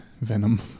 Venom